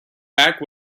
back